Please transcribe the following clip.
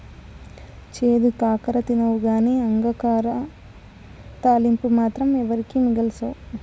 చేదు కాకర తినవుగానీ అంగాకర తాలింపు మాత్రం ఎవరికీ మిగల్సవు